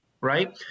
Right